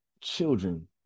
children